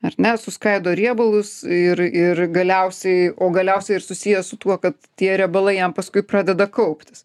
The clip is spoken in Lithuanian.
ar ne suskaido riebalus ir ir galiausiai o galiausiai ir susijęs su tuo kad tie riebalai jam paskui pradeda kauptis